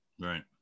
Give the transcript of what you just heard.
Right